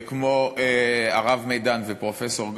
כמו הרב מדן ופרופסור גביזון,